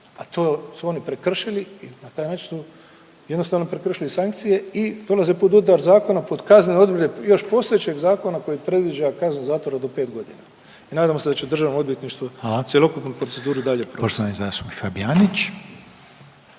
a to su oni prekršili i na taj način su jednostavno prekršili sankcije i dolaze pod udar zakona pod kaznene odredbe još postojećeg zakona koji predviđa kaznu zatvora do pet godina i nadamo se da će Državno odvjetništvo cjelokupnu proceduru dalje provesti.